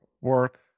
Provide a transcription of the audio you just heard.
work